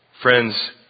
friends